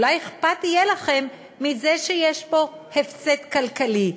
אולי אכפת יהיה לכם מזה שיש פה הפסד כלכלי.